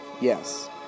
Yes